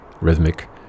rhythmic